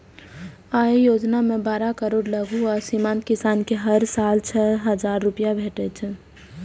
अय योजना मे बारह करोड़ लघु आ सीमांत किसान कें हर साल छह हजार रुपैया भेटै छै